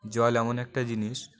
জল এমন একটা জিনিস